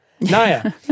Naya